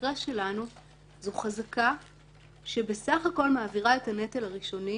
במקרה שלנו זאת חזקה שבסך-הכול מעבירה את הנטל הראשוני.